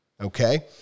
okay